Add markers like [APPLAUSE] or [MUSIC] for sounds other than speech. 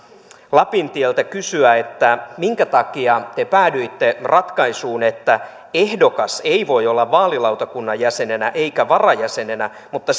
lapintieltä kysyä minkä takia tee päädyitte ratkaisuun että ehdokas ei voi olla vaalilautakunnan jäsenenä eikä varajäsenenä mutta [UNINTELLIGIBLE]